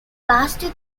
passed